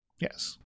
Yes